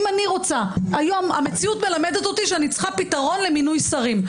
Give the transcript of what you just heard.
היום המציאות מלמדת אותי שאני צריכה פתרון למינוי שרים.